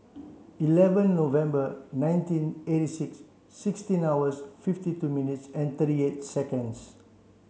eleven November nineteen eighty six sixteen hours fifty two minutes and thirty eight seconds